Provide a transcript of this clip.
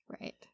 right